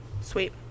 Sweet